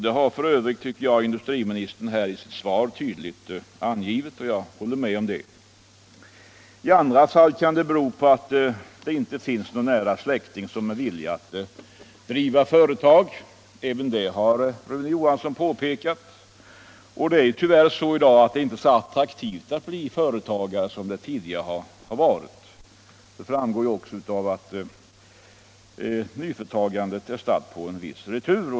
Det har f. ö. industriministern i sitt svar tydligt angivit, och jag håller med honom på den punkten. I andra fall kan den ökade försäljningen bero på att det inte finns någon nära släkting som är villig att driva ett företag. Även det har statsrådet Johansson påpekat. Det är tyvärr i dag inte så attraktivt att driva företag som det tidigare har varit. Det framgår också av att nyföretagandet är statt på retur.